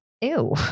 ew